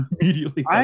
immediately